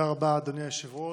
תודה רבה, אדוני היושב-ראש.